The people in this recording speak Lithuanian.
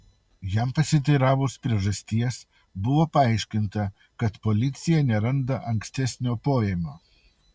jam pasiteiravus priežasties buvo paaiškinta kad policija neranda ankstesnio poėmio